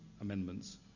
amendments